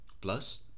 Plus